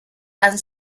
han